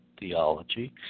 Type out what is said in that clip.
Theology